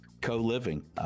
co-living